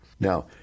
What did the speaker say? Now